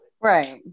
right